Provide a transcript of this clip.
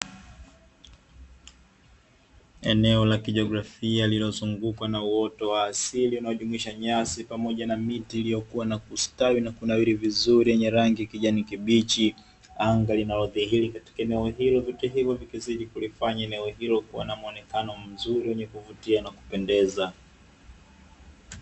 Eneo la kijiografia lililozungukwa na uoto wa asili linalojumuisha nyasi pamoja na miti iliyokuwa na kustawi na kunawiri vizuri yenye rangi ya kijani kibichi anga linalodhihiri katika eneo hili, vitu hivi vikizidi kulifanya eneo hilo kuwa na muonekano mzuri wenye kuvutia na kupendeza.